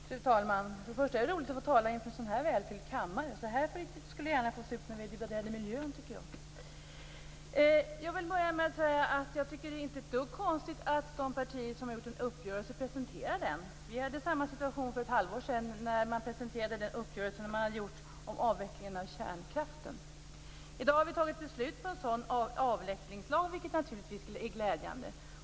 Fru talman! Det är roligt att få tala inför en så här välfylld kammare. Så här kunde det gärna se ut när vi debatterar miljöfrågor. Det är inte ett dugg konstigt att de partier som har träffat en uppgörelse presenterar den. Vi hade ju samma situation för ett halvår sedan då man presenterade den uppgörelse som hade träffats om avvecklingen av kärnkraften. I dag har vi ju fattat beslut om en avvecklingslag, vilket naturligtvis är glädjande.